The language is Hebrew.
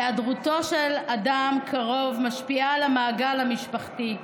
היעדרותו של אדם קרוב משפיעה על המעגל המשפחתי.